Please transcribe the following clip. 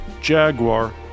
Jaguar